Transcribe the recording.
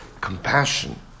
compassion